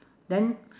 then